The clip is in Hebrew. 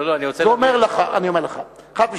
לא, אני רוצה להסביר, אני אומר לך, אחת משתיים: